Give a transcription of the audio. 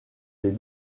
des